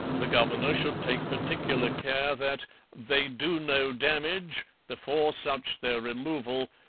the governor should take particular care that they do no damage, before such their removal,